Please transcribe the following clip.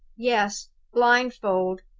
yes blindfold.